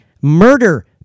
murder